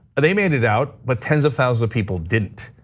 they made it out, but tens of thousands of people didn't.